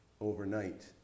overnight